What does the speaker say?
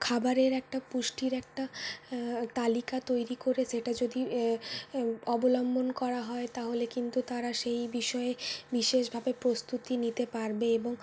খাবারের একটা পুষ্টির একটা তালিকা তৈরি করে সেটা যদি অবলম্বন করা হয় তাহলে কিন্তু তারা সেই বিষয়ে বিশেষভাবে প্রস্তুতি নিতে পারবে এবং